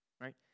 right